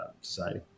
society